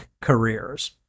careers